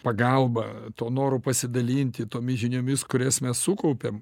pagalba tuo noru pasidalinti tomis žiniomis kurias mes sukaupėm